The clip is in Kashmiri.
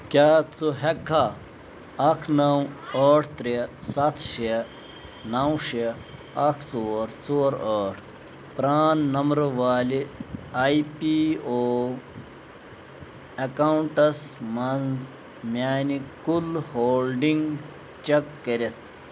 کیٛاہ ژٕ ہٮ۪کہٕ کھا اَکھ نَو ٲٹھ ترٛےٚ سَتھ شےٚ نَو شےٚ اکھ ژور ژور ٲٹھ پرٛان نمبر والہِ آی پی او اٮ۪کاوُنٛٹس مَنٛز میٛانہِ کُل ہولڈِنٛگ چَک کٔرتھ